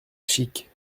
chique